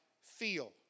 feel